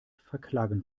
verklagen